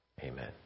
Amen